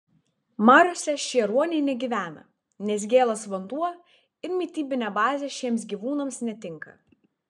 mariose šie ruoniai negyvena nes gėlas vanduo ir mitybinė bazė šiems gyvūnams netinka